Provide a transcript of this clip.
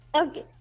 okay